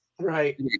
Right